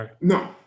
No